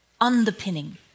underpinning